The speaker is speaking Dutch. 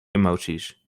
emoties